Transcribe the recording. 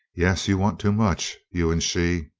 yes, you want too much, you and she.